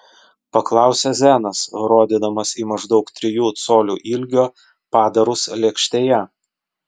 paklausė zenas rodydamas į maždaug trijų colių ilgio padarus lėkštėje